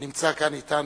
הנמצא כאן אתנו.